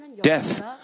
death